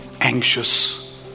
anxious